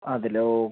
അതിലോ